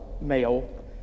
Male